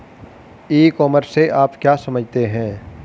ई commerce से आप क्या समझते हैं?